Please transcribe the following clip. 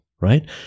right